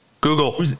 Google